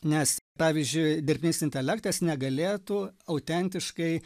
nes pavyzdžiui dirbtinis intelektas negalėtų autentiškai